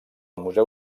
museu